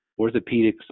orthopedics